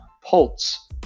Pulse